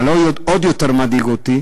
אבל עוד יותר מדאיג אותי